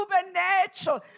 supernatural